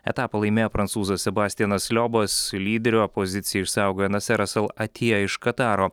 etapą laimėjo prancūzas sebastijanas liobas lyderio poziciją išsaugojo naseras al atija iš kataro